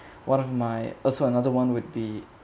one of my also another one would be